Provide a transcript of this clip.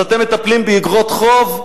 אז אתם מטפלים באיגרות חוב?